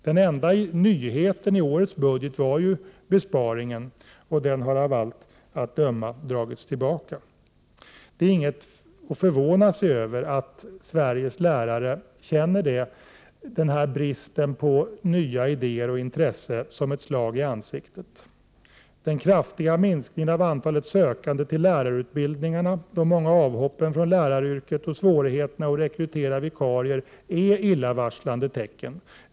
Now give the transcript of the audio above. Den enda stora nyheten i årets budget var besparingen på 167 milj.kr., och den har av allt att döma dragits tillbaka. Det är inget att förvåna sig över att Sveriges lärare känner bristen på nya idéer och intresset som ett slag i ansiktet. Den kraftiga minskningen av antalet sökande till lärarutbildningarna, de många avhoppen från läraryrket och svårigheterna att rekrytera vikarier är illavarslande tecken.